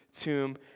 tomb